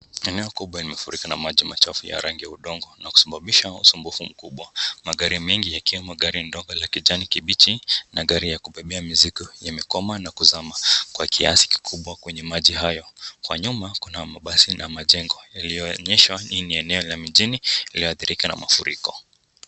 Eneo kubwa imefurika na maji machafu ya rangi ya udongo na kusababisha usumbufu mkubwa, magari mengi ikiwemo gari ndogo ya kijani kibichi na gari ya kubebea mizigo yamekwama na kuzama kwa kiasi kikubwa kwenye maji hayo, kwa nyuma kuna mabasi na majengo yaliyoonyeshwa ni eneo la mjini lililoathiriwa na mafuriko.